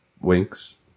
Winks